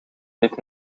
heeft